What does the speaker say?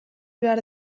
behar